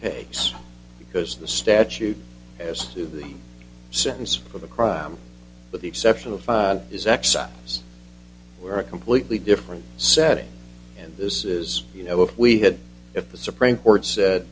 case because the statute as to the sentence for the crime with the exception of his actions were a completely different setting and this is you know if we had if the supreme court said